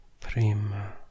Prima